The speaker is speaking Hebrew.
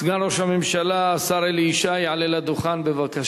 סגן ראש הממשלה, השר אלי ישי, יעלה לדוכן בבקשה.